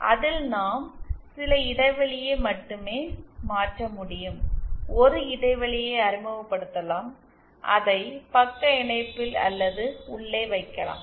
அதில் நாம் சில இடைவெளியை மட்டுமே மாற்ற முடியும் ஒரு இடைவெளியை அறிமுகப்படுத்தலாம் அதை பக்க இணைப்பில் அல்லது உள்ளே வைக்கலாம்